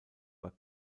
war